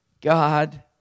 god